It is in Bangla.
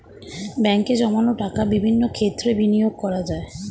ব্যাঙ্কে জমানো টাকা বিভিন্ন ক্ষেত্রে বিনিয়োগ করা যায়